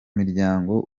miryango